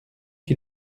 qui